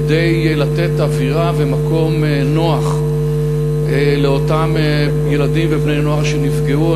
כדי לתת אווירה ומקום נוח לאותם ילדים ובני-נוער שנפגעו.